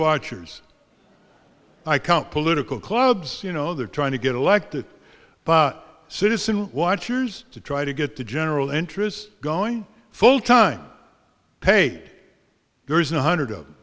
watchers i count political clubs you know they're trying to get elected but citizen watchers to try to get the general interest going full time pay there is one hundred of